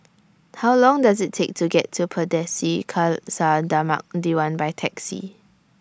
How Long Does IT Take to get to Pardesi Khalsa Dharmak Diwan By Taxi